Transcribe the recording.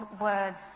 words